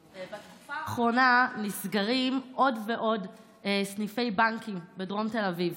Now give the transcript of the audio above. בתקופה האחרונה נסגרים עוד ועוד סניפי בנקים בדרום תל אביב,